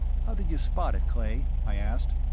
how did you spot it, clay? i asked.